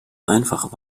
einfach